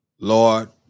Lord